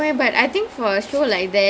but honestly ya